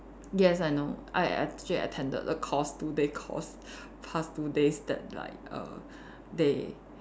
yes I know I I actually attended a course two day course past two days that like err they